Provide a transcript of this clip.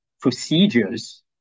procedures